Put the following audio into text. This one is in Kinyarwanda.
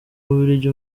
bubiligi